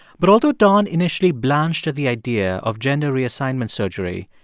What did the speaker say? but although don initially blanched at the idea of gender reassignment surgery,